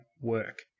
work